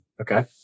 Okay